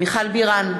מיכל בירן,